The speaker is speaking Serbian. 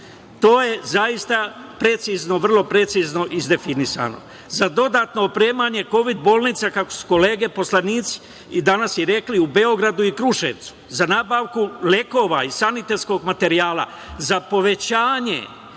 To je zaista precizno, vrlo precizno izdefinisano. Za dodatno opremanje kovid bolnica, kako su kolege poslanici i danas rekli, u Beogradu i Kruševcu, za nabavku lekova i sanitetskog materijala, za povećanje